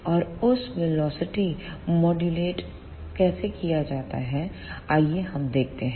और उस velocity modulate कैसे किया जाता है आइए हम देखते हैं